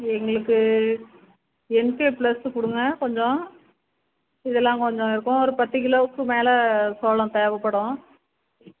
எங்களுக்கு N K plus கொடுங்க கொஞ்சம் இதெல்லாம் கொஞ்சம் இருக்கும் ஒரு பத்து கிலோக்கு மேலே சோளம் தேவைப்படும்